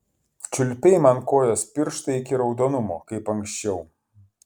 čiulpei man kojos pirštą iki raudonumo kaip anksčiau